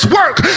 work